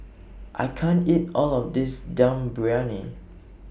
I can't eat All of This Dum Briyani